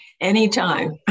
anytime